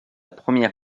première